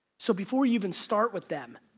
so before you even start with them,